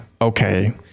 okay